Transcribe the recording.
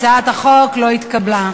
הצעת החוק לא התקבלה.